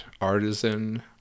artisan